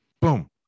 boom